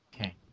Okay